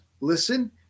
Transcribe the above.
listen